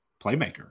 playmaker